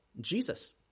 Jesus